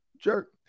Jerk